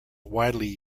widely